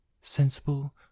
Sensible